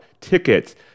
tickets